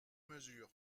mesure